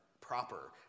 proper